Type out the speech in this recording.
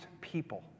people